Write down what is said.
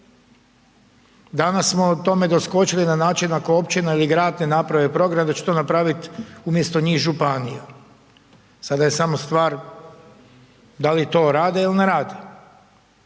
Danas smo tome doskočili na način ako općina i grad ne naprave program da će to napraviti umjesto njih županija. Sada je samo stvar da li to rade ili ne rade.